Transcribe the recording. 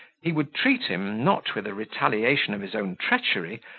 he would treat him, not with a retaliation of his own treachery,